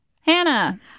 Hannah